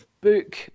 book